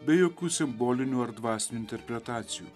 be jokių simbolinių ar dvasinių interpretacijų